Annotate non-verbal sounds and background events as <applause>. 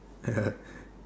ya <laughs>